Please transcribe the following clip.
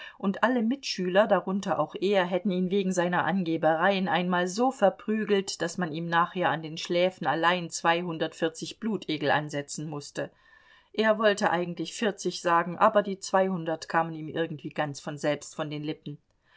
und alle mitschüler darunter auch er hätten ihn wegen seiner angebereien einmal so verprügelt daß man ihm nachher an den schläfen allein zweihundertvierzig blutegel ansetzen mußte er wollte eigentlich vierzig sagen aber die zweihundert kamen ihm irgendwie ganz von selbst von den lippen